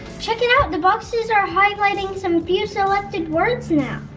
check it out, the boxes are highlighting some few selected words now!